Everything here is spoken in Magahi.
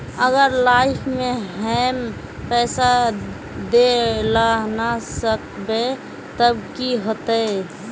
अगर लाइफ में हैम पैसा दे ला ना सकबे तब की होते?